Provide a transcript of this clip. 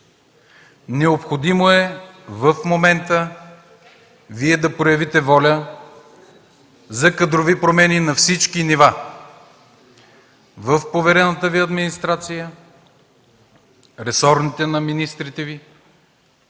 Необходимо е в момента Вие да проявите воля за кадрови промени на всички нива в поверената Ви администрация, ресорите на министрите Ви